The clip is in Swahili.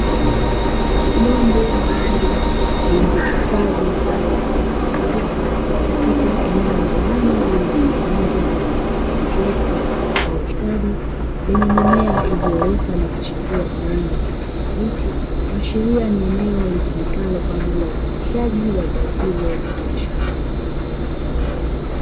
Vyombo maalumu vilivyohifadhi zao la pilipili hoho, katika eneo la ndani lililotengenezwa na kuezekwa kwa ustadi, lenye mimea iliyoota na kuchipua kwa rangi ya kijani kibichi, kuashiria ni eneo litumikalo kwa ajili ya uzalishaji wa zao hilo la biashara.